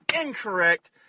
incorrect